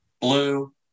blue